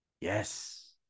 Yes